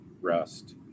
rest